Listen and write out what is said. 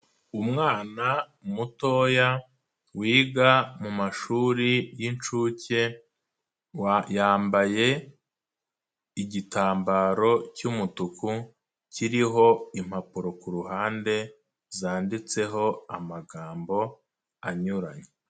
umwana mutoya wiga mu mashuri y'inshuke, yambaye igitambaro cy'umutuku kiriho impapuro ku ruhande zanditseho amagambo anyuranye.